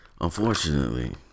Unfortunately